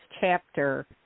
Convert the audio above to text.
chapter